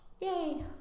yay